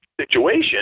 situation